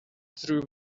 true